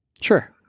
Sure